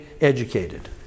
educated